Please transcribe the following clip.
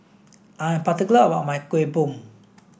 I'm particular about my Kueh Bom